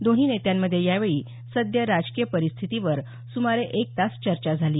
दोन्ही नेत्यांमध्ये यावेळी सद्य राजकीय परिस्थितीवर सुमारे एक तास चर्चा झाली